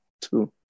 two